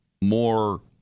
more